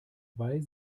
weil